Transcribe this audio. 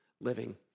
living